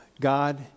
God